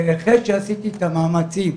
אחרי שעשיתי את המאמצים,